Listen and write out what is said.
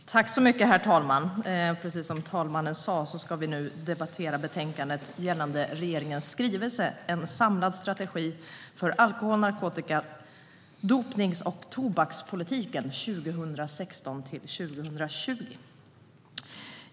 En samlad strategi för alkohol-, narkotika-, dopnings och tobaks-politiken 2016-2020 Herr talman! Vi ska nu debattera betänkandet gällande regeringens skrivelse En samlad strategi för alkohol-, narkotika-, dopnings och tobakspolitiken 2016-2020 .